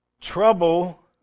Trouble